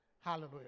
Hallelujah